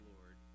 Lord